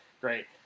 great